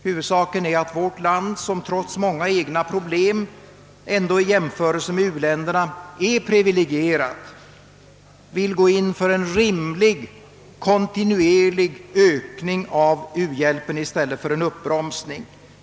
Huvudsaken är att vårt land, som trots egna problem ändå i jämförelse med u-länderna är privilegierat, går in för en rimlig, kontinuerlig ökning av uhjälpen i stället för att bromsa upp hjälpen.